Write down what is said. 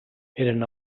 eren